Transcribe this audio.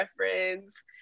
reference